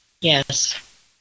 yes